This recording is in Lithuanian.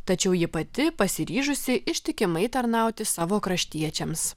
tačiau ji pati pasiryžusi ištikimai tarnauti savo kraštiečiams